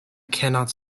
cannot